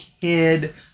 kid